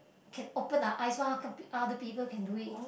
can open the eyes one can other people can do it